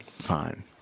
fine